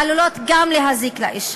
היא עלולה גם להזיק לאישה.